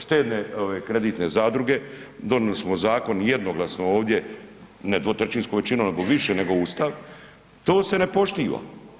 Štedne kreditne zadruge, donijeli smo zakon jednoglasno ovdje, ne dvotrećinskom većinom nego više nego Ustav, to se ne poštiva.